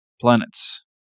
planets